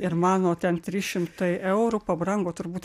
ir mano ten trys šimtai eurų pabrango turbūt